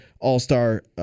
all-star